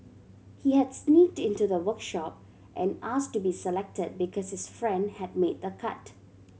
he had sneaked into the workshop and asked to be selected because his friend had made the cut